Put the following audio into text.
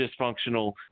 dysfunctional